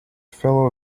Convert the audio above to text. fellow